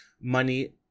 money